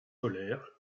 polaires